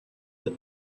that